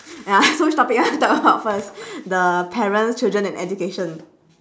ya so which topic you want to talk about first the parents children and education